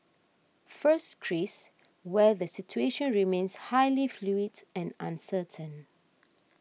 first Greece where the situation remains highly fluid and uncertain